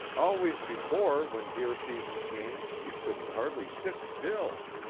always before when deer season came you couldn't hardly sit still.